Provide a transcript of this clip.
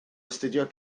astudio